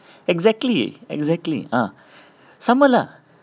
exactly exactly ah sama lah